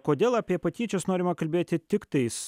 kodėl apie patyčias norima kalbėti tik tais